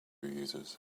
users